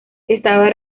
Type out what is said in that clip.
estaba